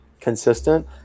consistent